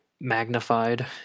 magnified